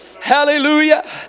hallelujah